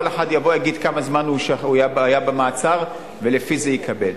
כל אחד יבוא ויגיד כמה זמן הוא היה במעצר ולפי זה יקבל.